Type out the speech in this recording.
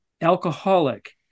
Alcoholic